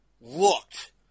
looked